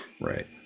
Right